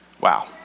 Wow